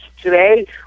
today